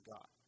God